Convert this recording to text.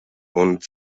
und